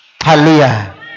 Hallelujah